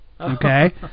okay